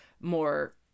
more